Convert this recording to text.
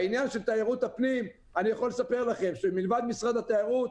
בעניין של תיירות הפנים אני יכול לספר לכם שמלבד משרד התיירות,